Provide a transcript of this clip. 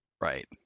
Right